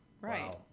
Right